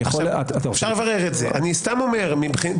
סתם אני אומר,